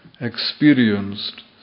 experienced